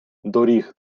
доріг